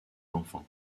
enfants